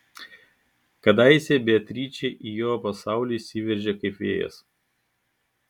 kadaise beatričė į jo pasaulį įsiveržė kaip vėjas